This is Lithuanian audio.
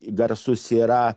garsus yra